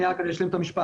אני רק אשלים את המשפט.